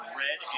red